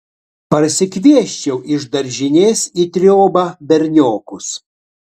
parsikviesčiau iš daržinės į triobą berniokus